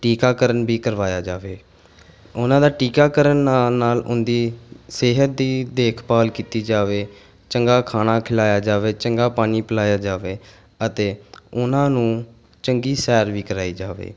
ਟੀਕਾਕਰਨ ਵੀ ਕਰਵਾਇਆ ਜਾਵੇ ਉਹਨਾਂ ਦਾ ਟੀਕਾਕਰਨ ਨਾਲ ਨਾਲ ਉਹਨਾਂ ਦੀ ਸਿਹਤ ਦੀ ਦੇਖਭਾਲ ਕੀਤੀ ਜਾਵੇ ਚੰਗਾ ਖਾਣਾ ਖਿਲਾਇਆ ਜਾਵੇ ਚੰਗਾ ਪਾਣੀ ਪਿਲਾਇਆ ਜਾਵੇ ਅਤੇ ਉਹਨਾਂ ਨੂੰ ਚੰਗੀ ਸੈਰ ਵੀ ਕਰਵਾਈ ਜਾਵੇ